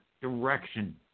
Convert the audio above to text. direction